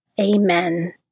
Amen